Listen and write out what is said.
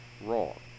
wrong